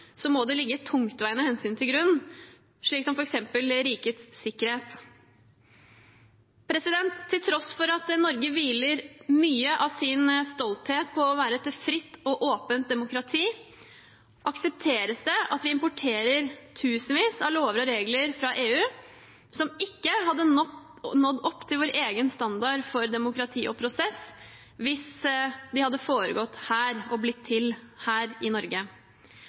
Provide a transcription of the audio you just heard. må det ligge tungtveiende hensyn til grunn, som f.eks. rikets sikkerhet. Til tross for at Norge hviler mye av sin stolthet på å være et fritt og åpent demokrati, aksepteres det at vi importerer tusenvis av lover og regler fra EU som ikke hadde nådd opp til vår egen standard for demokrati og prosess hvis de hadde foregått her og blitt til her i Norge.